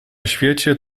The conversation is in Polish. świecie